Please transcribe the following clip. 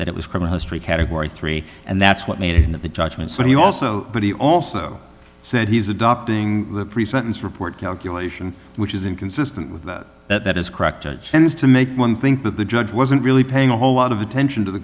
that it was criminal history category three and that's what made it into the judgement so he also but he also said he's adopting the pre sentence report calculation which is inconsistent with that that is correct and to make one think that the judge wasn't really paying a whole lot of attention to the